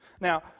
Now